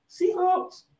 Seahawks